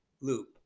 loop